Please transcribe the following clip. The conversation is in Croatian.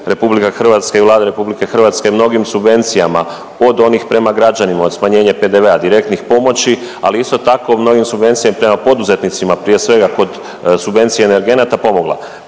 čuli i maloprije RH i Vlada RH mnogim subvencijama od onih prema građanima od smanjenja PDV-a, direktnih pomoći, ali isto tako i mnogim subvencijama prema poduzetnicima prije svega kod subvencije energenata, pomogla,